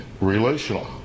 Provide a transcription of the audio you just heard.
relational